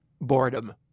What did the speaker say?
boredom